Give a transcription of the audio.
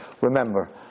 Remember